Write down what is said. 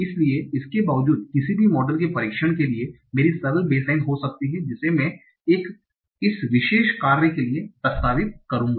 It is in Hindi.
इसलिए इसके बावजूद किसी भी मॉडल के परीक्षण के लिए मेरी सरल बेसलाइन हो सकती है जिसे मैं इस विशेष कार्य के लिए प्रस्तावित करूंगा